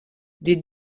des